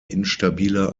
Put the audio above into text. instabiler